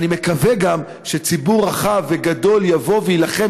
אני גם מקווה שציבור רחב וגדול יבוא ויילחם